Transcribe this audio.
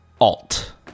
Alt